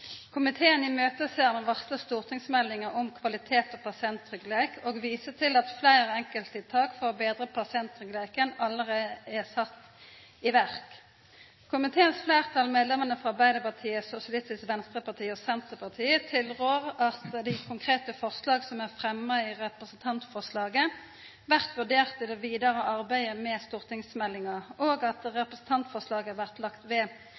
Komiteen ser fram til den varsla stortingsmeldinga om kvalitet og pasienttryggleik og viser til at fleire enkelttiltak for å betra pasienttryggleiken allereie er sette i verk. Komiteens fleirtal, medlemmane frå Arbeidarpartiet, Sosialistisk Venstreparti og Senterpartiet, tilrår at dei konkrete forslaga som er fremma i representantforslaget, blir vurderte i det vidare arbeidet med stortingsmeldinga, og at representantforslaget blir lagt ved